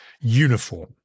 uniform